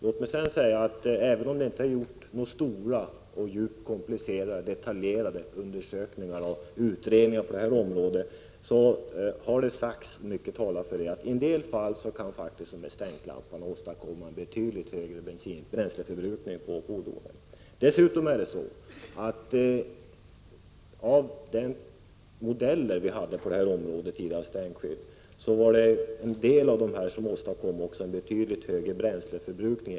Låt mig sedan säga att även om det inte har gjorts några stora, komplicerade och djupt detaljerade undersökningar och utredningar på detta område finns det mycket som talar för att en del av de modeller på stänkskydd som vi tidigare hade åstadkom betydligt högre bränsleförbrukning.